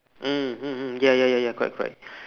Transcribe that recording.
mm mm hmm ya ya ya ya correct correct